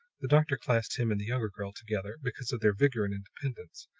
the doctor classed him and the younger girl together because of their vigor and independence,